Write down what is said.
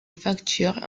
factures